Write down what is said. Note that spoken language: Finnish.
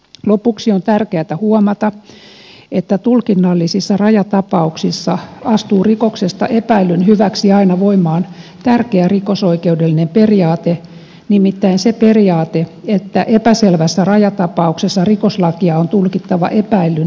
lopuksi on tärkeätä huomata että tulkinnallisissa rajatapauksissa astuu rikoksesta epäillyn hyväksi aina voimaan tärkeä rikosoikeudellinen periaate nimittäin se periaate että epäselvässä rajatapauksessa rikoslakia on tulkittava epäillyn hyväksi